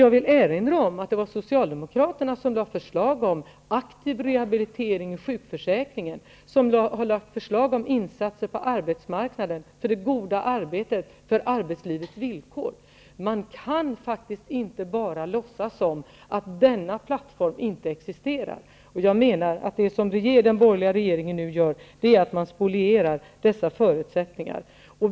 Jag vill erinra om att det var Socialdemokraterna som lade fram förslag om en aktiv rehabilitering i sjukförsäkringen, och det var Socialdemokraterna som lade fram förslag om insatser på arbetsmarknaden, för det goda arbetet och för arbetslivets villkor. Man kan faktiskt inte bara låtsas som att denna plattform inte existerar, och jag menar att vad den borgerliga regeringen nu gör är att spoliera dessa förutsättningar.